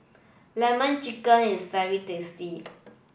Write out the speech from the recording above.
lemon chicken is very tasty